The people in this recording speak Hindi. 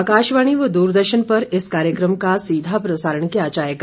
आकाशवाणी व द्रदर्शन पर इस कार्यक्रमा का सीधा प्रसारण किया जाएगा